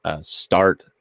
start